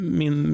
min